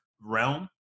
realm